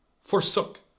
Forsook